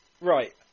Right